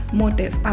motive